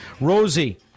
Rosie